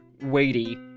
weighty